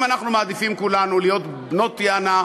אם אנחנו מעדיפים כולנו להיות בנות-יענה,